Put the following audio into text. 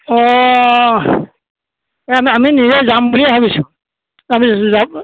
অঁ এই আমি আমি নিজে যাম বুলিয়ে ভাবিছোঁ আমি যাম